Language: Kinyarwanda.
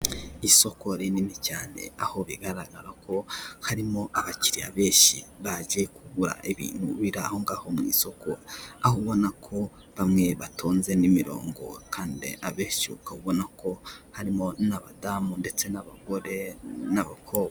Isoko rinini cyane, aho bigaragara ko harimo abakiriya benshi baje kugura ibintu bira ahongaho mu isoko, aho ubona ko bamwe batonze n'imirongo, kandi abenshi ukabona ko harimo n'abadamu, ndetse n'abagore, n'abakobwa.